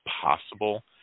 possible